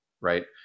right